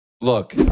Look